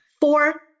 Four